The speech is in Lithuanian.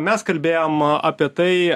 mes kalbėjom apie tai